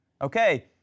Okay